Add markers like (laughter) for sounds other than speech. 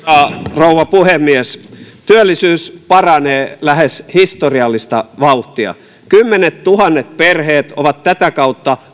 rouva puhemies työllisyys paranee lähes historiallista vauhtia kymmenettuhannet perheet ovat tätä kautta (unintelligible)